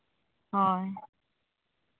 ᱦᱳᱭ